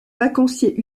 vacanciers